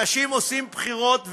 אנשים עושים בחירות,